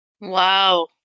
Wow